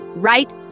right